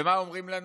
ומה אומרים לנו?